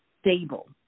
stable